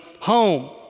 home